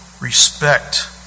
respect